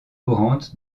courante